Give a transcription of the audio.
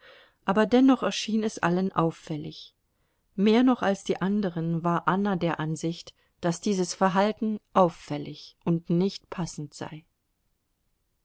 aber dennoch erschien es allen auffällig mehr noch als die anderen war anna der ansicht daß dieses verhalten auffällig und nicht passend sei